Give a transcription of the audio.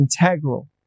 integral